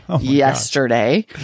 yesterday